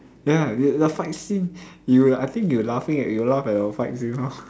then like the fight scene you like I think you laughing at you laugh at the fight scene lor